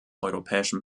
europäischen